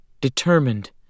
determined